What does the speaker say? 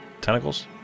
tentacles